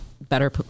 better